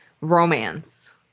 romance